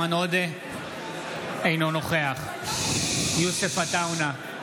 אינו נוכח יוסף עטאונה,